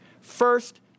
First